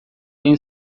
egin